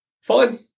Fine